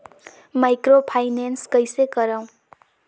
Microfinance कइसे करव?